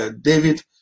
David